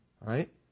right